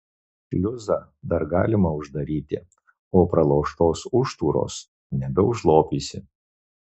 šliuzą dar galima uždaryti o pralaužtos užtūros nebeužlopysi